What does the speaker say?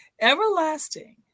everlasting